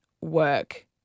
work